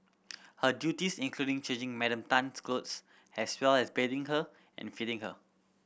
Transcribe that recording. her duties including changing Madam Tan's clothes as well as bathing her and feeding her